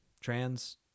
trans